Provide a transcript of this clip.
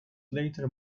later